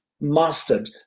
mastered